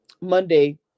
Monday